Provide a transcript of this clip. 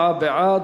34 בעד,